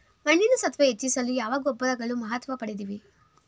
ಮಣ್ಣಿನ ಸತ್ವ ಹೆಚ್ಚಿಸಲು ಯಾವ ಗೊಬ್ಬರಗಳು ಮಹತ್ವ ಪಡೆದಿವೆ?